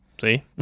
See